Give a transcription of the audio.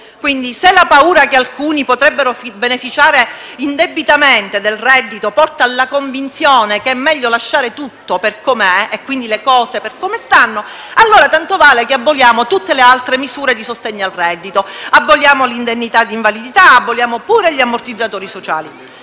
Quindi, se la paura che alcuni potrebbero beneficiare indebitamente del reddito porta alla convinzione che è meglio lasciare tutto per come è - e quindi le cose per come stanno - allora tanto vale che aboliamo tutte le altre misure di sostegno al reddito: aboliamo l'indennità di invalidità e pure gli ammortizzatori sociali.